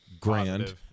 grand